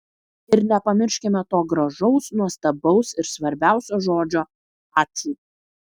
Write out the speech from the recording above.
ir nepamirškime to gražaus nuostabaus ir svarbiausio žodžio ačiū